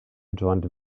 joint